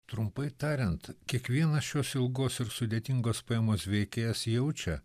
trumpai tariant kiekvienas šios ilgos ir sudėtingos poemos veikėjas jaučia